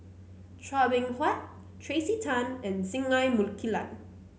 Chua Beng Huat Tracey Tan and Singai Mukilan